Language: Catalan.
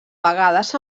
vegades